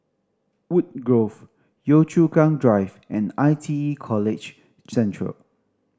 Woodgrove Yio Chu Kang Drive and I T E College Central